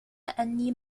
أني